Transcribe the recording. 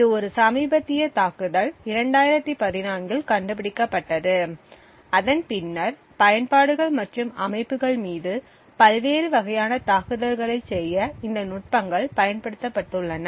இது ஒரு சமீபத்திய தாக்குதல் 2014 இல் கண்டுபிடிக்கப்பட்டது அதன் பின்னர் பயன்பாடுகள் மற்றும் அமைப்புகள் மீது பல்வேறு வகையான தாக்குதல்களைச் செய்ய இந்த நுட்பங்கள் பயன்படுத்தப்பட்டு உள்ளன